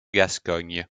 gascogne